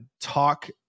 talk